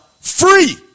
free